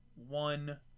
One